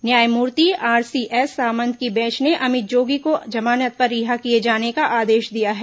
न्यायमूर्ति आरसीएस सामंत की बेंच ने अमित जोगी को जमानत पर रिहा किए जाने का आदेश दिया है